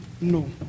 No